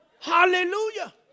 Hallelujah